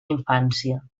infància